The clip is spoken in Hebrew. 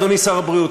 אדוני שר הבריאות,